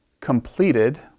completed